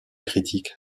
critiques